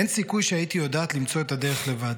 / אין סיכוי שהייתי יודעת למצוא את הדרך לבד.